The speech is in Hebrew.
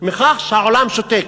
מכך שהעולם שותק.